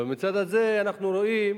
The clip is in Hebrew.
ומהצד הזה אנחנו רואים